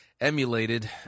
emulated